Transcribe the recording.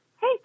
Hey